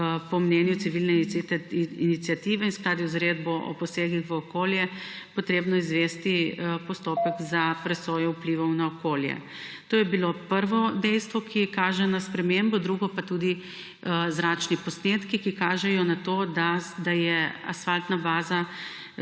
po mnenju civilne iniciative in v skladu z uredbo o posegih v okolje izvesti postopek za presojo vplivov na okolje. To je bilo prvo dejstvo, ki kaže na spremembo. Drugo pa so tudi zračni posnetki, ki kažejo na to, da je asfaltna baza